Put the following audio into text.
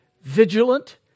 vigilant